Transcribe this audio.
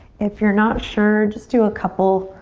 if you're not sure, just do a couple.